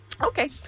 Okay